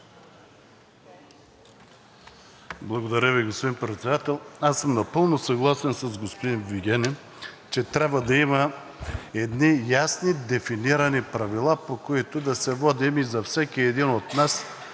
Благодаря Ви, господин Председател. Аз съм напълно съгласен с господин Вигенин, че трябва да има едни ясни дефинирани правила, по които да се водим, и за всеки един от нас